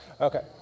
Okay